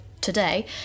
today